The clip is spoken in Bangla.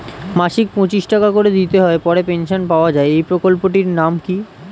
মাসিক পঁচিশ টাকা করে দিতে হয় পরে পেনশন পাওয়া যায় এই প্রকল্পে টির নাম কি?